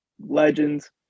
legends